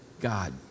God